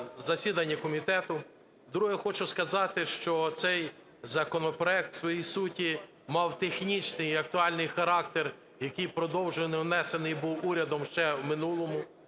засіданні комітету. Друге. Хочу сказати, що цей законопроект в своїй суті мав технічний і актуальний характер, який продовжений… внесений був урядом ще в минулому.